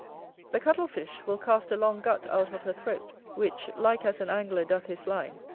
the cuttle-fish will cast a long gut out of her throat, which, like as an angler doth his line,